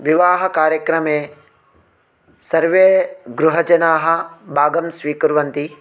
विवाहकार्यक्रमे सर्वे गृहजनाः भागं स्वीकुर्वन्ति